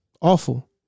awful